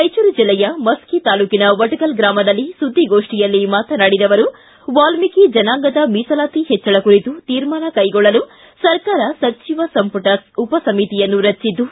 ರಾಯಚೂರು ಜಿಲ್ಲೆಯ ಮಸ್ಕಿ ತಾಲೂಕಿನ ವಟಗಲ್ ಗ್ರಾಮದಲ್ಲಿ ಸುದ್ದಿಗೋಷ್ಠಿಯಲ್ಲಿ ನಿನ್ನೆ ಮಾತನಾಡಿದ ಅವರು ವಾಲ್ಮೀಕಿ ಜನಾಂಗದ ಮೀಸಲಾತಿ ಹೆಚ್ಚಳ ಕುರಿತು ತೀರ್ಮಾನ ಕೈಗೊಳ್ಳಲು ಸರಕಾರ ಸಚಿವ ಸಂಪುಟ ಉಪಸಮಿತಿಯನ್ನು ರಚಿಸಿದ್ದು